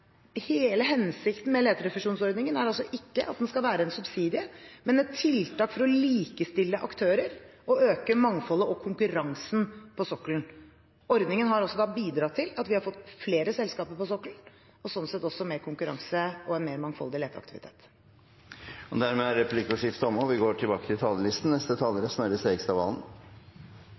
Hele hensikten med leterefusjonsordningen er ikke at den skal være en subsidie, men et tiltak for å likestille aktører og øke mangfoldet og konkurransen på sokkelen. Ordningen har også bidratt til at vi har fått flere selskaper på sokkelen, og sånn sett også mer konkurranse og en mer mangfoldig leteaktivitet. Replikkordskiftet er omme. De talere som heretter får ordet, har en taletid på inntil 3 minutter. Finansministerens analogi helt til